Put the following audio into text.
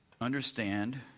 understand